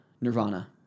Nirvana